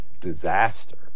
disaster